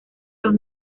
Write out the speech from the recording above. los